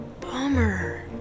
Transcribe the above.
Bummer